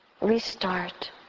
restart